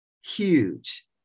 huge